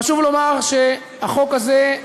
חשוב לומר שהחוק הזה,